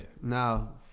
Now